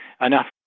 enough